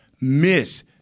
miss